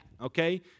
okay